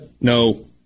No